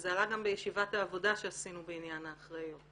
וזה עלה גם בישיבת העבודה שעשינו בעניין האחריות,